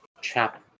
trap